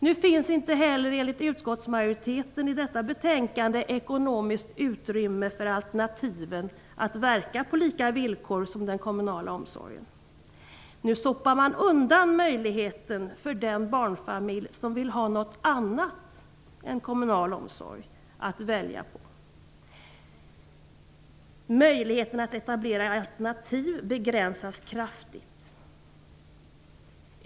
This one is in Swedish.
Nu finns inte heller, enligt utskottsmajoriteten, i detta betänkande ekonomiskt utrymme för alternativet att verka på lika villkor som den kommunala omsorgen. Nu sopar man undan möjligheten för den barnfamilj som vill välja något annat än kommunal barnomsorg. Möjligheten att etablera alternativ begränsas kraftigt.